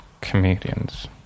comedians